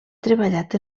treballat